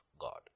God